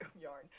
Yarn